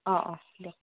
অ' অ' দিয়ক